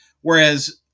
whereas